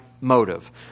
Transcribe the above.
motive